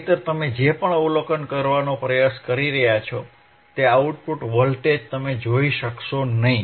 નહિંતર તમે જે પણ અવલોકન કરવાનો પ્રયાસ કરી રહ્યા છો તે આઉટપુટ વોલ્ટેજ તમે જોઈ શકશો નહીં